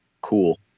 Cool